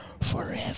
forever